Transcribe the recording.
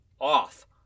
off